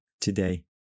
today